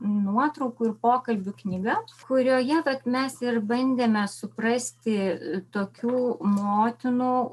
nuotraukų ir pokalbių knyga kurioje vat mes ir bandėme suprasti tokių motinų